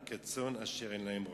כצאן אשר אין להם רועה.